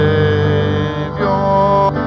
Savior